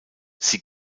sie